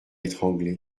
étranglée